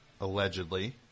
Allegedly